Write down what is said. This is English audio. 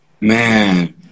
Man